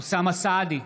אוסאמה סעדי,